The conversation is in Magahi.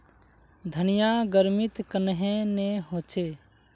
धनिया गर्मित कन्हे ने होचे?